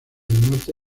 norte